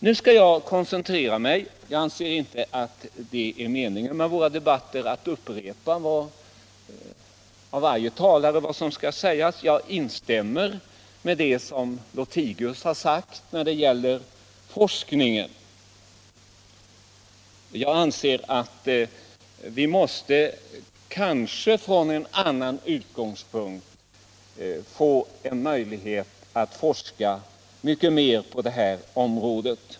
Nu skall jag koncentrera mig; jag anser inte att det är meningen med våra debatter att varje talare upprepar vad som skall sägas. Jag instämmer i det som herr Lothigius yttrade beträffande forskningen och anser att vi måste, kanske från en annan utgångspunkt, få möjlighet att forska mycket mer på detta område.